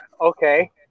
Okay